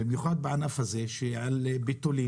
במיוחד בענף הזה, בשל ביטולים,